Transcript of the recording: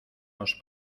los